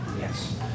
Yes